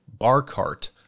BARCART